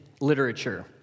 literature